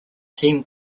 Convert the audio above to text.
team